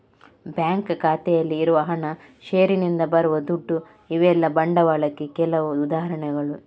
bank ಖಾತೆಯಲ್ಲಿ ಇರುವ ಹಣ, ಷೇರಿನಿಂದ ಬರುವ ದುಡ್ಡು ಇವೆಲ್ಲ ಬಂಡವಾಳಕ್ಕೆ ಕೆಲವು ಉದಾಹರಣೆಗಳು